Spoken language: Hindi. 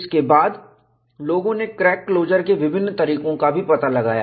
इसके बाद लोगों ने क्रैक क्लोजर के विभिन्न तरीकों का भी पता लगाया